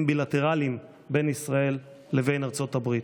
בילטרליים בין ישראל לבין ארצות הברית.